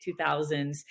2000s